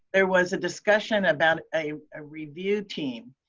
there was a discussion about a a review team.